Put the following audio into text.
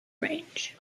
range